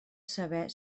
saber